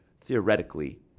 theoretically